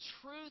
truth